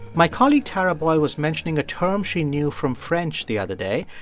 my colleague tara boyle was mentioning a term she knew from french the other day.